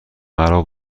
مرا